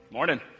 Morning